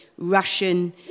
Russian